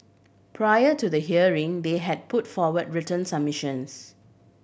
prior to the hearing they had put forward written submissions